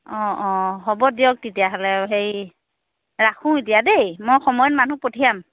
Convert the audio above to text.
অঁ অঁ হ'ব দিয়ক তেতিয়াহ'লে হেৰি ৰাখোঁ এতিয়া দেই মই সময়ত মানুহক পঠিয়াম